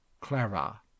clara